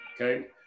okay